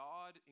God